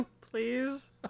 Please